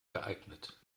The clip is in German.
geeignet